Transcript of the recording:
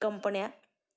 कंपन्या